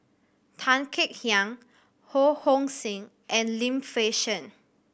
Tan Kek Hiang Ho Hong Sing and Lim Fei Shen